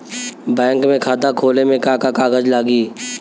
Bank में खाता खोले मे का का कागज लागी?